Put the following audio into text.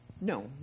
No